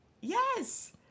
yes